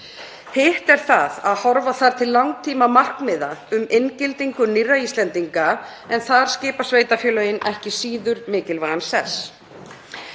Hitt er það að horfa þarf til langtímamarkmiða um inngildingu nýrra Íslendinga, en þar skipa sveitarfélögin ekki síður mikilvægan sess.